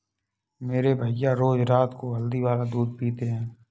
मेरे भैया रोज रात को हल्दी वाला दूध पीते हैं